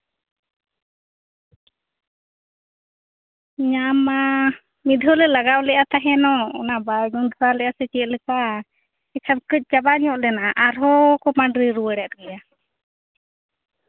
ᱧᱟᱢ ᱢᱟ ᱢᱤᱫ ᱫᱷᱟᱹᱣ ᱞᱮ ᱞᱟᱜᱟᱣ ᱞᱮᱜᱼᱟ ᱛᱟᱦᱮᱱᱚᱜ ᱚᱱᱟ ᱵᱟᱭ ᱜᱚᱱᱰᱠᱟ ᱞᱮᱜᱼᱟ ᱥᱮ ᱪᱮᱫᱞᱮᱠᱟ ᱮᱱᱠᱷᱟ ᱠᱟᱹᱡ ᱪᱟᱵᱟ ᱧᱚᱜ ᱞᱮᱱᱟ ᱟᱨᱦᱚᱸ ᱠᱚ ᱯᱟᱸᱰᱨᱤ ᱨᱩᱣᱟᱹᱲᱮᱫ ᱜᱮᱭᱟ